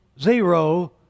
zero